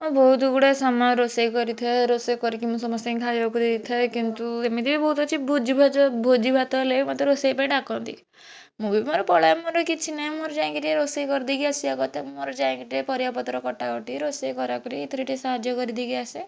ହଁ ବହୁତ ଗୁଡ଼ାଏ ସମୟ ରୋଷେଇ କରିଥିବା ରୋଷେଇ କରିକି ମୁଁ ସମସ୍ତଙ୍କୁ ଖାଇବାକୁ ଦେଇଥାଏ କିନ୍ତୁ ଏମିତି ବି ବହୁତ ଅଛି ଭୋଜି ଭଜା ଭୋଜି ଭାତ ହେଲେ ବି ମୋତେ ରୋଷେଇ ପାଇଁ ଡାକନ୍ତି ମୁଁ ବି ମୋର ପଳାଏ ମୋର କିଛି ନାହିଁ ମୋର ଯାଇକିରି ଟିକେ ରୋଷେଇ କରି ଦେଇକି ଆସିବା କଥା ମୋର ଯାଇକି ଟିକେ ପରିବା ପତ୍ର କଟା କଟି ରୋଷେଇ କରା କରି ଏଥିରେ ଟିକେ ସାହାଯ୍ୟ କରି ଦେଇକି ଆସେ